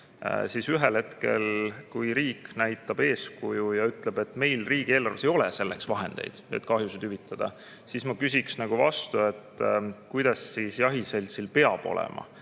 siis kui riik näitab eeskuju ja ütleb, et meil riigieelarves ei ole selleks vahendeid, et kahjusid hüvitada, siis ma küsiksin vastu, kuidas siis jahiseltsil peab enda